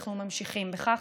ואנחנו ממשיכים בכך.